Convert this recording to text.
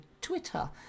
Twitter